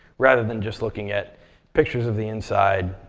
rather than just looking at pictures of the inside.